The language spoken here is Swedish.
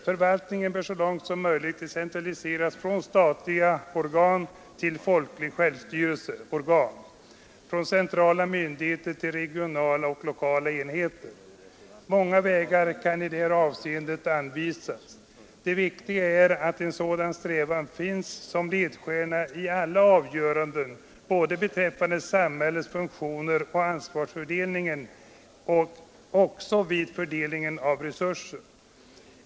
Förvaltningen bör så långt som möjligt decentraliseras från statlig organisation till folklig självstyrelse, från centrala myndigheter till regionala och lokala enheter. Många vägar kan i detta avseende anvisas. Det viktiga är att en sådan strävan finns med som en ledstjärna i alla avgöranden beträffande samhällets funktioner och ansvarsfördelning men även vid fördelningen av resurser.